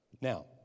Now